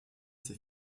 ses